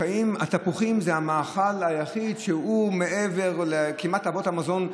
לפעמים התפוחים זה כמעט המאכל היחיד שהוא מעבר לאבות המזון,